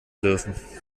dürfen